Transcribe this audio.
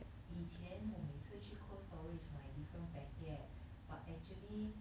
以前我每次去 cold storage 买 different packet but actually